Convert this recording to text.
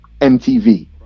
MTV